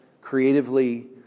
creatively